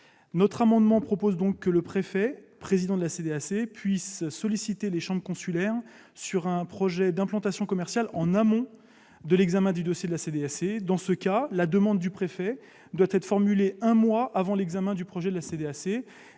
cet amendement, nous proposons donc que le préfet, président de la CDAC, puisse solliciter les chambres consulaires sur un projet d'implantation commerciale en amont de l'examen du dossier par la CDAC. Dans ce cas, la demande du préfet devra être formulée un mois avant l'examen du projet par la CDAC.